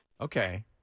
Okay